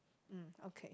mm okay